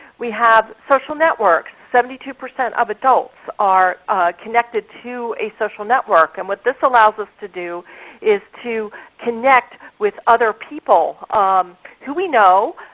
we have social networks. seventy two percent of adults are connected to a social network. and what this allows us to do is to connect with other people who we know,